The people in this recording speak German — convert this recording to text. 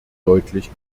deutlich